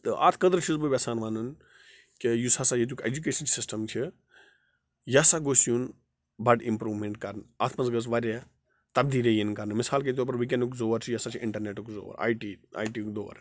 تہٕ اَتھ خٲطرٕ چھُس بہٕ وٮ۪ژھان وَنُن کہِ یُس ہسا ییٚتیُک اٮ۪جُکیشَن سِسٹَم چھِ یہِ ہسا گوٚژھ یُن بَڑٕ اِمپرٛوٗمٮ۪نٛٹ کَرنہٕ اَتھ منٛز گٔژھ واریاہ تَبدیٖلی یِن کَرنہٕ مِثال کے طور پَر وٕکٮ۪نُک زور چھِ یہِ ہسا چھِ اِنٹَرنٮ۪ٹُک زور آی ٹی آی ٹی یُک دور